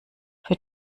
für